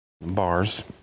Bars